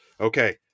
Okay